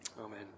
Amen